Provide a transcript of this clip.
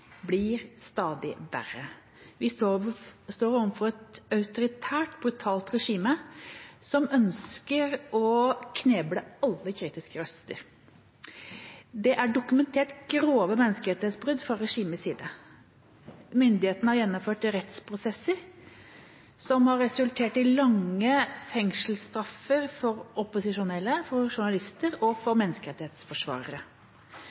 blir stadig verre. Vi står overfor et autoritært, brutalt regime som ønsker å kneble alle kritiske røster. Det er dokumentert grove menneskerettighetsbrudd fra regimets side. Myndighetene har gjennomført rettsprosesser som har resultert i lange fengselsstraffer for opposisjonelle, for journalister og